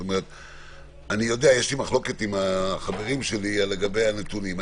יש לי מחלוקת עם החברים שלי לגבי הנתונים.